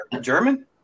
German